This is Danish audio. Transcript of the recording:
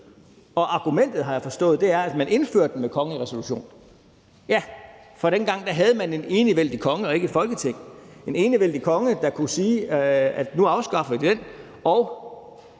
Og argumentet, har jeg forstået, er, at man indførte den ved kongelig resolution. Ja, for dengang havde man en enevældig konge og ikke et Folketing – en enevældig konge, der kunne sige: Nu afskaffer vi den. Da